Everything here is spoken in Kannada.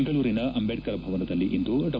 ಬೆಂಗಳೂರಿನ ಅಂಬೇಡ್ಕರ್ ಭವನದಲ್ಲಿಂದು ಡಾ